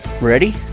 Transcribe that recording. Ready